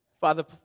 Father